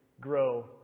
grow